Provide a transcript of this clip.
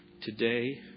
today